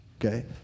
okay